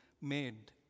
made